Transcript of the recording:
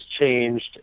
changed